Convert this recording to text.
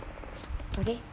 okay